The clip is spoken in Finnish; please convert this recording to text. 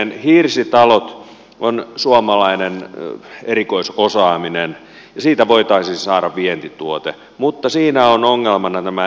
hirsitalot ovat suomalaista erikoisosaamista ja niistä voitaisiin saada vientituote mutta siinä ovat ongelmana energiamääräykset